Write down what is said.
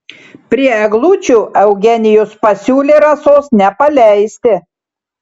prie eglučių eugenijus pasiūlė rasos nepaleisti